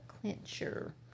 clincher